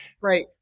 Right